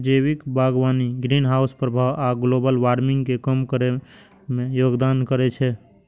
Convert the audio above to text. जैविक बागवानी ग्रीनहाउस प्रभाव आ ग्लोबल वार्मिंग कें कम करै मे योगदान करै छै